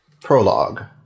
Prologue